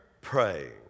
praying